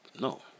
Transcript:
No